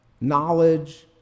knowledge